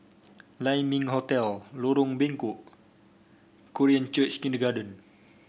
Lai Ming Hotel Lorong Bengkok Korean Church Kindergarten